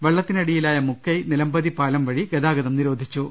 വെള്ളത്തിനടിയിലായ മുക്കൈ നിലംപതി പാലം വഴി ഗതാഗതം നിരോധിച്ചു